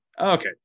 Okay